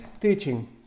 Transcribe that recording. teaching